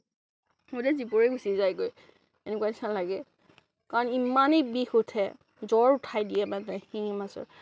গোটেই জীৱই গুচি যায়গৈ এনেকুৱা নিচিনা লাগে কাৰণ ইমানেই বিষ উঠে জ্বৰ উঠাই দিয়ে মানে শিঙি মাছে